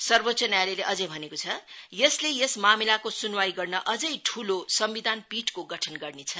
सर्वोच्च न्यायालयले भनेको छ यसले यस मामलाको सुनवाई गर्न अझै ठूलो सम्विधान पीठको गठन गर्नेछ